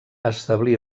establí